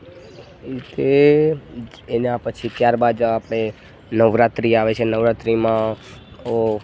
એ એના પછી ત્યારબાદ આપડે નવરાત્રી આવે છે નવરાત્રીમાં અ